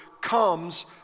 comes